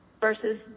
versus